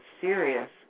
serious